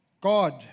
God